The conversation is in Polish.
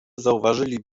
zauważyli